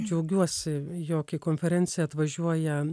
džiaugiuosi jog į konferenciją atvažiuoja